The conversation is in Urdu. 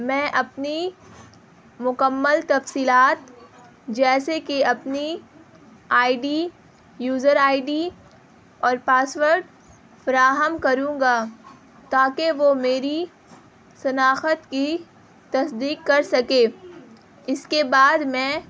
میں اپنی مکمل تفصیلات جیسے کہ اپنی I D user I D اور پاسورڈ فراہم کروں گا تاکہ وہ میری شناخت کی تصدیق کر سکے اس کے بعد میں